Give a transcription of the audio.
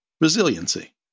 resiliency